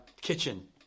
kitchen